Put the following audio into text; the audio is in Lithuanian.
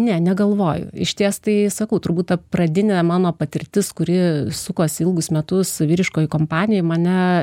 ne negalvoju išties tai sakau turbūt ta pradinė mano patirtis kuri sukosi ilgus metus vyriškoj kompanijoj mane